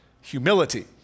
humility